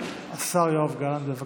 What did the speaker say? השר יואב גלנט, בבקשה.